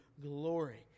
glory